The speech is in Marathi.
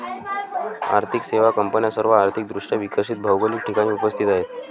आर्थिक सेवा कंपन्या सर्व आर्थिक दृष्ट्या विकसित भौगोलिक ठिकाणी उपस्थित आहेत